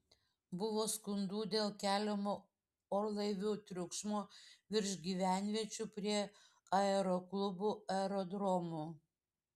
buvo skundų dėl keliamo orlaivių triukšmo virš gyvenviečių prie aeroklubų aerodromų